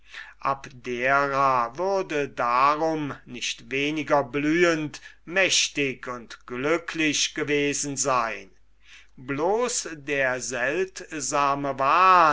abdera würde darum nicht weniger blühend mächtig und glücklich gewesen sein bloß der seltsame wahn